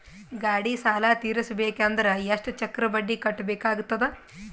ಗಾಡಿ ಸಾಲ ತಿರಸಬೇಕಂದರ ಎಷ್ಟ ಚಕ್ರ ಬಡ್ಡಿ ಕಟ್ಟಬೇಕಾಗತದ?